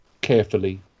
carefully